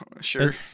Sure